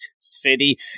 city